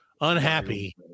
unhappy